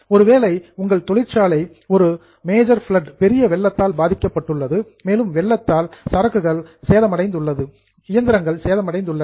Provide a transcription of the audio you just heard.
ஒருவேளை உங்கள் தொழிற்சாலை ஒரு மேஜர் ஃபிளட் பெரிய வெள்ளத்தால் பாதிக்கப்பட்டுள்ளது மேலும் வெள்ளத்தால் ஸ்டாக்ஸ் சரக்குகள் டேமேஜ்டு சேதமடைந்துள்ளது மிஷினரி இயந்திரங்கள் சேதமடைந்துள்ளன